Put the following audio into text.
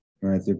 right